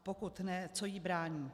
Pokud ne, co jí brání?